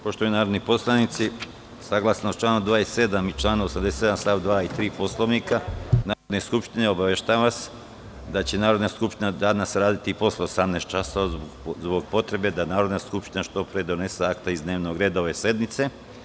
Poštovani narodni poslanici, saglasno članu 27. i članu 87. st. 2. i 3. Poslovnika Narodne skupštine, obaveštavam vas da će Narodna skupština danas raditi i posle 18,00 časova, zbog potrebe da Narodna skupština što pre donese akta iz dnevnog reda ove sednice.